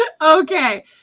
Okay